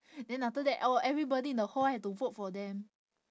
then after that oh everybody in the hall have to vote for them